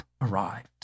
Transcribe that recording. arrived